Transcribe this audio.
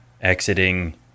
exiting